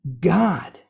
God